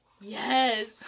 yes